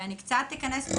אני קצת אכנס פה